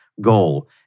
goal